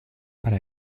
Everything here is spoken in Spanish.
para